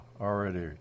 already